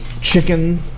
chicken